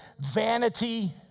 vanity